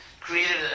created